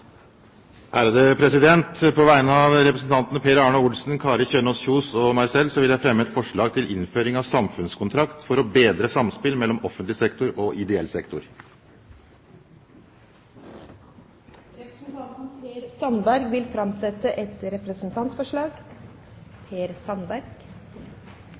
På vegne av representantene Per Arne Olsen, Kari Kjønaas Kjos og meg selv vil jeg fremme et forslag om innføring av samfunnskontrakt for å bedre samspill mellom offentlig sektor og ideell sektor. Representanten Per Sandberg vil framsette et representantforslag.